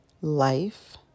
life